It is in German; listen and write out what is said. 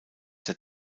der